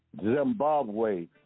Zimbabwe